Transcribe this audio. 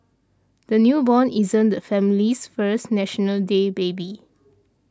the newborn isn't the family's first National Day baby